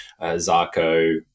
Zarko